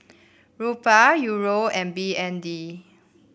Rupiah Euro and B N D